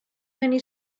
many